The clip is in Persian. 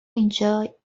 اینجا